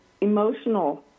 emotional